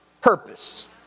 purpose